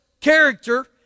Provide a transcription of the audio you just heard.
character